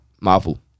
Marvel